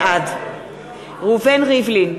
בעד ראובן ריבלין,